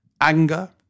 anger